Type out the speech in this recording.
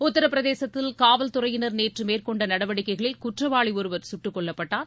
உத்தரபிரதேசத்தில் காவல்துறையினர் நேற்று மேற்கொண்ட நடவடிக்கைகளில் குற்றவாளி ஒருவர் சுட்டுக் கொல்லப்பட்டான்